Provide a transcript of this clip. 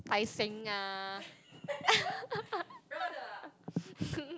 Tai-Seng ah